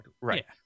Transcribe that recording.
Right